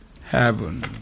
heaven